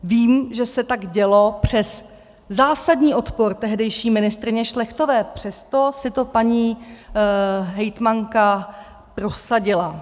Vím, že se tak dělo přes zásadní odpor tehdejší ministryně Šlechtové, přesto si to paní hejtmanka prosadila.